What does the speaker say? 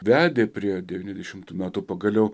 vedė prie devyniasdešimtų metų pagaliau